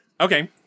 Okay